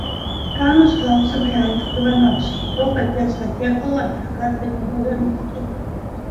skanūs klausimai alfui ivanauskui to paties patiekalo antrą kartą nebegamintų